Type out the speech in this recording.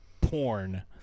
porn